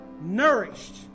nourished